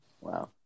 Wow